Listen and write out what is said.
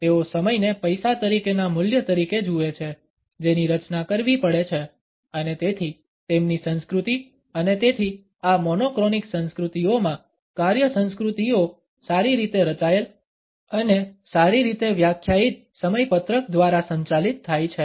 તેઓ સમયને પૈસા તરીકેના મૂલ્ય તરીકે જુએ છે જેની રચના કરવી પડે છે અને તેથી તેમની સંસ્કૃતિ અને તેથી આ મોનોક્રોનિક સંસ્કૃતિઓમાં કાર્ય સંસ્કૃતિઓ સારી રીતે રચાયેલ અને સારી રીતે વ્યાખ્યાયિત સમયપત્રક દ્વારા સંચાલિત થાય છે